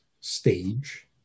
stage